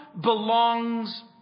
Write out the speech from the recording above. belongs